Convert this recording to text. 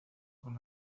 con